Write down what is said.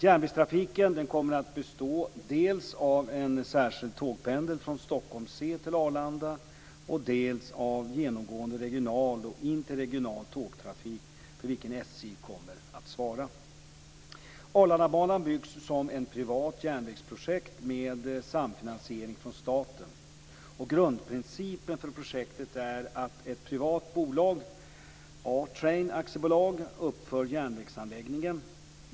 Järnvägstrafiken kommer att bestå dels av en särskild tågpendel från Stockholm C till Arlanda, dels av genomgående regional och interregional tågtrafik för vilken SJ kommer att svara. Arlandabanan byggs som ett privat järnvägsprojekt med samfinansiering från staten. Grundprincipen för projektet är att ett privat bolag, A-Train AB, uppför järnvägsanläggningen.